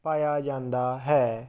ਪਾਇਆ ਜਾਂਦਾ ਹੈ